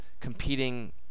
competing